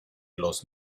los